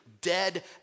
dead